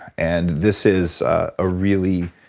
and this is a really,